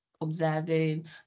observing